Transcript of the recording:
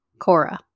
Cora